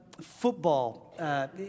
football